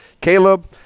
Caleb